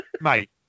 mate